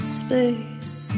space